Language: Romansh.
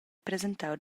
presentau